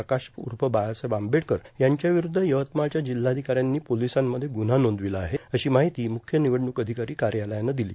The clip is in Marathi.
प्रकाश उफ बाळासाहेब आंबेडकर यांच्या विरुद्ध यवतमाळच्या जिल्हाधिकाऱ्यांनी पोलोसांमध्ये गुन्हा नांर्दावला आहे अशी मार्ाहती म्रख्य निवडणूक अधिकारो कायालयानं र्दिलो